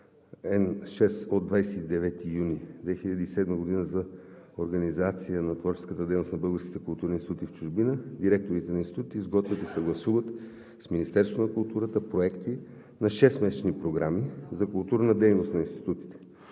Н-6 от 29 юни 2007 г. за организация на творческата дейност на българските културни институти в чужбина директорите на институтите изготвят и съгласуват с Министерството на културата проекти на 6-месечни програми за културна дейност на институтите